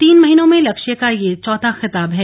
तीन महीनों में लक्ष्य का यह चौथा खिताब है